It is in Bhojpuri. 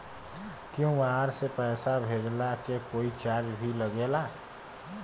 क्यू.आर से पैसा भेजला के कोई चार्ज भी लागेला?